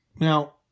Now